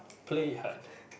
play hard